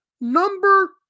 Number –